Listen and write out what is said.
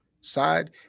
side